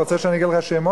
אתה רוצה שאני אתן לך שמות?